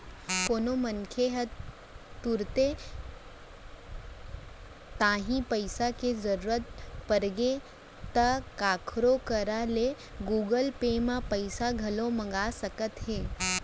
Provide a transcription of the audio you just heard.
कोनो मनसे ल तुरते तांही पइसा के जरूरत परगे ता काखरो करा ले गुगल पे म पइसा घलौक मंगा सकत हे